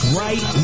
right